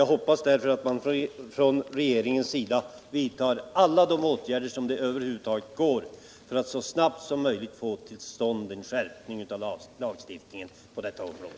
Jag hoppas därför att man från regeringens sida skall vidta alla de åtgärder som det över huvud taget är möjligt att genomföra för att så snabbt som möjligt få till en stånd en skärpning av lagstiftningen på detta område.